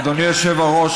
אדוני היושב-ראש,